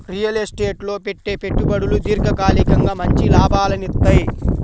real estate లో పెట్టే పెట్టుబడులు దీర్ఘకాలికంగా మంచి లాభాలనిత్తయ్యి